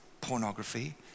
pornography